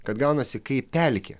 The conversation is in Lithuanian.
kad gaunasi kaip pelkė